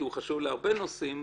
כי הוא חשוב להרבה נושאים.